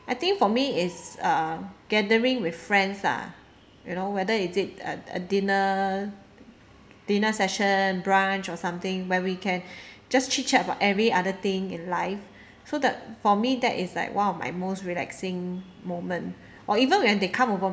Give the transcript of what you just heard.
I think for me it's uh gathering with friends ah you know whether is it a a dinner dinner session brunch or something where we can just chit chat for every other thing in life so that for me that is like one of my most relaxing moment or even when they come over